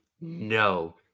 no